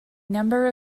number